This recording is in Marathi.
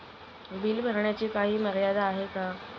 बिल भरण्याची काही मर्यादा आहे का?